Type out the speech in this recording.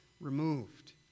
removed